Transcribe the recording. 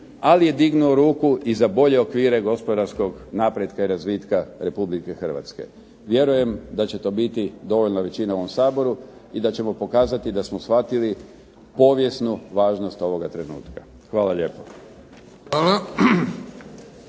ali je dignuo ruku i za bolje okvire gospodarskog napretka i razvitka Republike Hrvatske. Vjerujem da će to biti dovoljna većina u ovom Saboru i da ćemo pokazati da smo shvatili povijesnu važnost ovoga trenutka. Hvala lijepo.